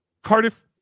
Cardiff